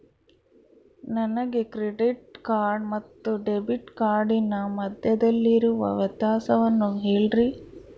ನನಗೆ credit card ಮತ್ತು debit ಕಾರ್ಡಿನ ಮಧ್ಯದಲ್ಲಿರುವ ವ್ಯತ್ಯಾಸವನ್ನು ಹೇಳ್ರಿ?